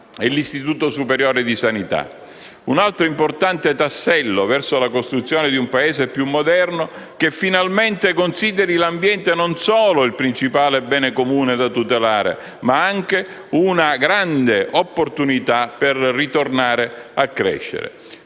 e l'Istituto superiore di sanità, un altro importante tassello verso la costruzione di un Paese più moderno, che finalmente consideri l'ambiente non solo il principale bene comune da tutelare, ma anche una grande opportunità per ritornare a crescere.